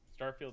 Starfield